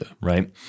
right